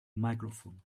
microphone